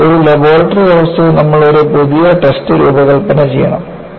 അതിനാൽ ഒരു ലബോറട്ടറി അവസ്ഥയിൽ നമ്മൾ ഒരു പുതിയ ടെസ്റ്റ് രൂപകൽപ്പന ചെയ്യണം